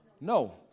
No